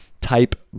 type